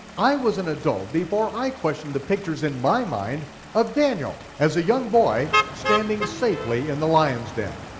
i was an adult before i questioned the pictures in my mind of daniel. as a young boy, standing safely in the lion's den.